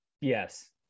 Yes